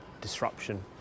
disruption